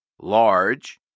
large